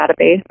database